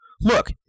Look